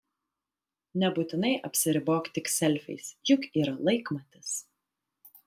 nebūtinai apsiribok tik selfiais juk yra laikmatis